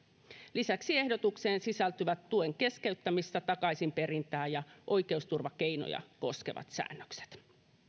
lisäksi ehdotukseen sisältyvät tuen keskeyttämistä takaisinperintää ja oikeusturvakeinoja koskevat säännökset